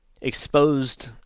exposed